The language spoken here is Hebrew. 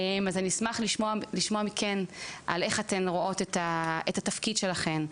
אז אני אשמח לשמוע מכן על איך אתן רואות את התפקיד שלכן.